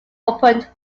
opened